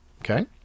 okay